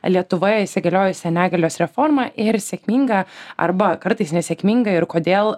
lietuvoje įsigaliojusią negalios reformą ir sėkmingą arba kartais nesėkmingą ir kodėl